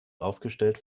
aufgestellt